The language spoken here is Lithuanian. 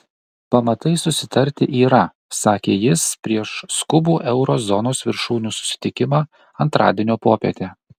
pamatai susitarti yra sakė jis prieš skubų euro zonos viršūnių susitikimą antradienio popietę